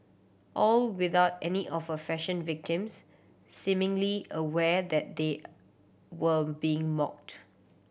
all without any of her fashion victim seemingly aware that they were being mocked